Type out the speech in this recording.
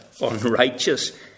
unrighteous